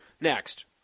next